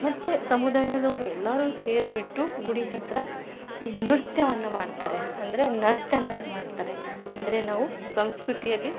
ಮತ್ತು ಸಮುದಾಯದವ್ರ ಎಲ್ಲಾರು ಸೇರ್ಬಿಟ್ಟು ಗುಡಿ ಹತ್ತಿರ ನೃತ್ಯವನ್ನ ಮಾಡ್ತಾರೆ ಅಂದರೆ ನರ್ತನ ಮಾಡ್ತಾರೆ ಅಂದರೆ ನಾವು ಸಂಸ್ಕೃತಿಯಲ್ಲಿ